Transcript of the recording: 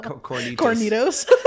Cornitos